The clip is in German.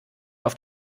auf